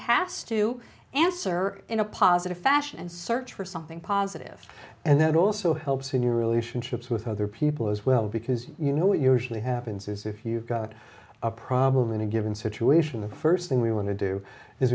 has to answer in a positive fashion and search for something positive and that also helps in your relationships with other people as well because you know what usually happens is if you got a problem in a given situation the first thing we want to do is